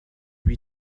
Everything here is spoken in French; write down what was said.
lui